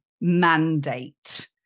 mandate